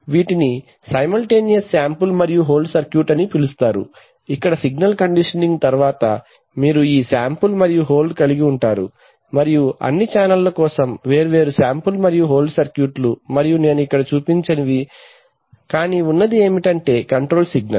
వీటిని simultaneous sample మరియు hold circuit అని పిలుస్తారుఇక్కడ సిగ్నల్ కండిషనింగ్ తర్వాత మీరు ఈ శాంపుల్ మరియు హోల్డ్ కలిగి ఉంటారు మరియు అన్ని ఛానెల్ల కోసం వేర్వేరు శాంపుల్ మరియు హోల్డ్ సర్క్యూట్ లు మరియు నేను ఇక్కడ చూపించనివి కానీ ఉన్నది ఏమిటంటే కంట్రోల్ సిగ్నల్